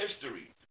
history